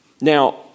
Now